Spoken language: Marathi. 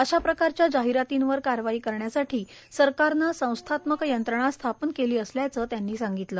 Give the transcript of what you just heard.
अशा प्रकारच्या जाहिरातींवर कारवाई करण्यासाठी सरकारनं संस्थात्मक यंत्रणा स्थापन केली असल्याचं त्यांनी सांगितलं